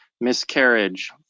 miscarriage